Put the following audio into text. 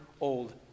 Old